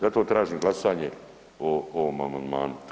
Zato tražim glasanje o ovom amandmanu.